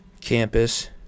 campus